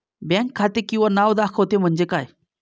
Bank खाते किंवा नाव दाखवते म्हणजे काय?